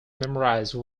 memorize